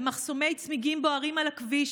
במחסומי צמיגים בוערים על הכביש,